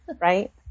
right